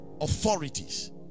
authorities